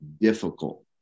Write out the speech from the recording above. difficult